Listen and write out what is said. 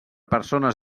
persones